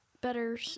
better